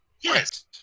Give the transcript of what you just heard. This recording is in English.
Yes